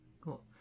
Cool